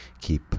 keep